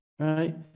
Right